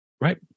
Right